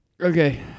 Okay